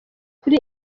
kuri